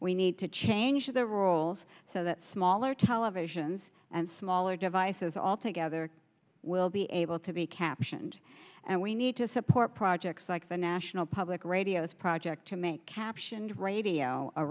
we need to change the rolls so that smaller televisions and smaller devices altogether will be able to be captioned and we need to support projects like the national public radio's project to make captioned radio